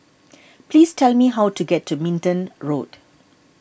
please tell me how to get to Minden Road